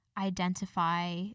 identify